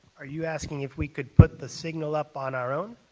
are you asking if we could put the signal up on our own?